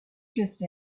just